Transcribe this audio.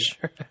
Sure